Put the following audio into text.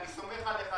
אני סומך עליך,